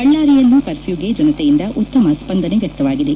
ಬಳ್ಳಾರಿಯಲ್ಲೂ ಕಫ್ರೂಗೆ ಜನತೆಯಿಂದ ಉತ್ತಮ ಸ್ಸಂದನೆ ವ್ಯಕ್ತವಾಗಿದೆ